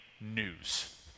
news